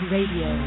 Radio